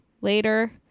later